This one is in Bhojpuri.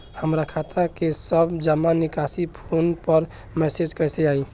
हमार खाता के सब जमा निकासी फोन पर मैसेज कैसे आई?